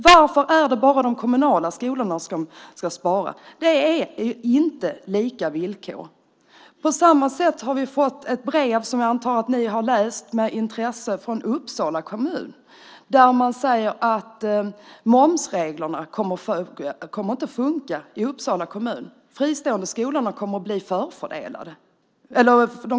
Varför är det bara de kommunala skolorna som ska spara? Det är inte lika villkor. Vi har fått ett brev från Uppsala kommun, som jag antar att ledamöterna med intresse har läst. Där säger man att momsreglerna inte kommer att fungera i kommunen. De kommunala skolorna kommer att bli förfördelade.